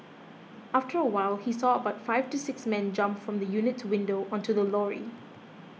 after a while he saw about five to six men jump from the unit's windows onto the lorry